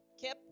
Kip